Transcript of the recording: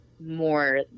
more